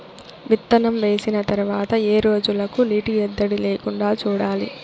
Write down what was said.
విత్తనం వేసిన తర్వాత ఏ రోజులకు నీటి ఎద్దడి లేకుండా చూడాలి?